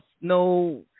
no